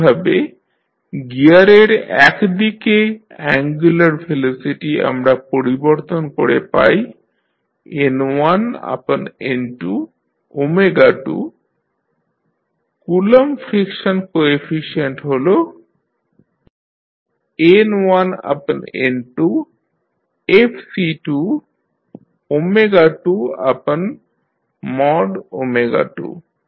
একইভাবে গিয়ারের এক দিকে অ্যাঙ্গুলার ভেলোসিটি আমরা পরিবর্তন করে পাই N1N22 কুলম্ব ফ্রিকশন কোএফিশিয়েন্ট হল N1N2Fc222